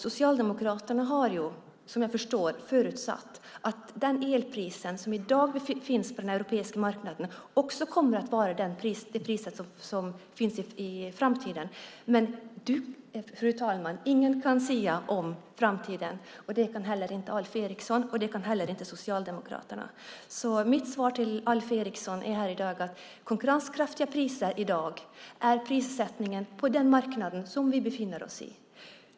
Socialdemokraterna har, som jag förstår, förutsatt att det elpris som i dag finns på den europeiska marknaden också kommer att vara det pris som finns i framtiden. Men, fru talman, ingen kan sia om framtiden. Det kan inte heller Alf Eriksson, och det kan inte heller Socialdemokraterna. Mitt svar till Alf Eriksson här i dag är att konkurrenskraftiga priser i dag handlar om prissättningen på den marknad som vi befinner oss på.